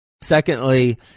Secondly